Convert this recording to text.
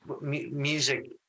music